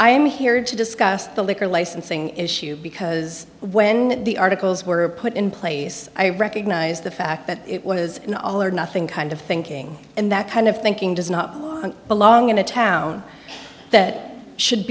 am here to discuss the liquor licensing issue because when the articles were put in place i recognized the fact that it was an all or nothing kind of thinking and that kind of thinking does not belong in a town that should